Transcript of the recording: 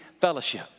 fellowship